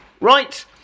Right